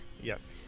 Yes